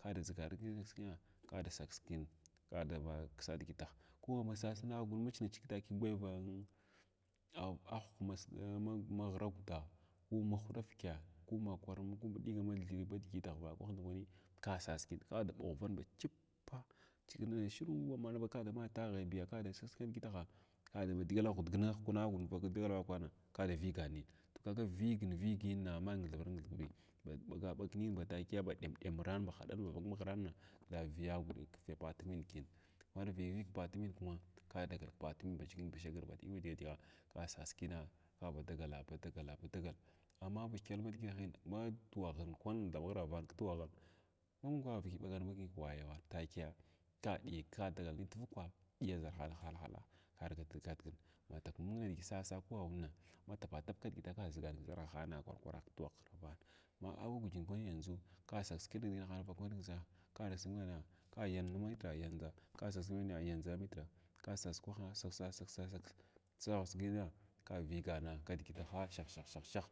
Kada dʒigar kidigita ka da sas kina ka da ɓa ksa digitun ko ba dama sas naggun ma chinga ching takiya gwayavin a ahwka mas ma maghra guda ku mahwɗ vyədya ku makwar ndakwan ka sas kina ka dn humbran kin ba chipps chinga nin krdi ba shwwuwan amana kada mai taghiabi kada sas kdʒilah biya ka da ghudgal ghudig nahkin agwahin dagal vakwn ka da viigan nin sarta kwn da viigi vig ning ngithgham ngithig bin ɓaga ɓag nina ba takita ba ɗen ɗemira ba haɗang ba maghirana ka viyagw ni nipatuma kina ngal viyu vig patuminkuma ka dagal patumin ba shagir shagir ba ɗem ɗema ka sas kina ka ba dagala ba dagala ba gani amma ma kyəlma digitahina ma waghin kwan thaɓ ghəragh ma wa vyəl baghara ɓag ku wayowan takiya ka ɗiikan dagalnin tvukwa diya ʒarhana halhalaa ka argativ gatign katak mung nidigi sasaa ko awana ma tupa tupga kidigitu ka ʒigan dʒarhina kwar kwan ghrvana ma ʒigan dʒarhina kwar kwara ghravana ma agwa gujen kwan yandʒu ka kisgan kidigit vakwa kada sigana ka da yansʒu muda yandʒa kada sas kitr to yandʒa mitra ka dasas kwahna ka sas sas sagha sig nina ka viigana kdigataha shah shah nina ka viigana kdigitaha shah shah shah